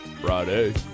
FRIDAY